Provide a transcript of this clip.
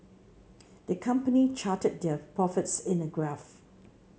the company charted their profits in a graph